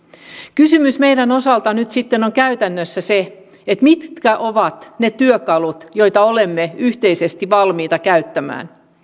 kysymys meidän osaltamme on nyt sitten käytännössä se mitkä ovat ne työkalut joita olemme yhteisesti valmiita käyttämään